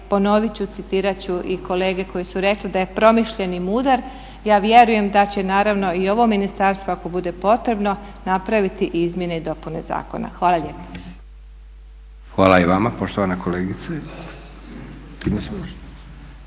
ponovit ću, citirat ću i kolege koji su rekle "Da je promišljen i mudar". Ja vjerujem da će naravno i ovom ministarstvo ako bude potrebno napraviti i izmjene i dopune zakona. Hvala lijepa. **Leko, Josip (SDP)** Hvala i vama poštovana kolegice.